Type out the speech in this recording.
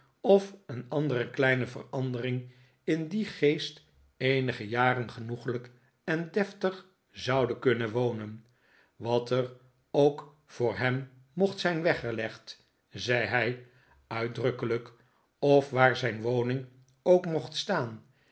of een andere kleine verandering in dien geest eenige jaren genoeglijk en deftig zouden kunnen wonen wat er ook voor hem mocht zijn weggelegd zei hij uitdrukkelijk of waar zijn woning ook mocht staan